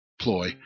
ploy